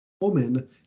woman